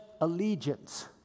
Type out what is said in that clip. allegiance